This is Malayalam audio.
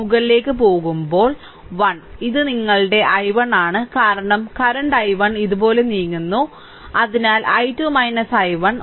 മുകളിലേക്ക് പോകുമ്പോൾ 1 ഇത് നിങ്ങളുടെ i1 ആണ് കാരണം കറന്റ് i1 ഇതുപോലെ നീങ്ങുന്നു അതിനാൽ i2 i1